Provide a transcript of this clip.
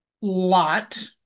lot